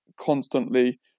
constantly